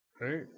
Right